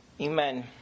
Amen